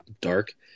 dark